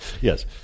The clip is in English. Yes